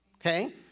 Okay